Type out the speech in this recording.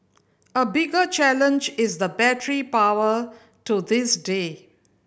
a bigger challenge is the battery power to this day